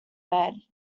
bed